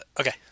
okay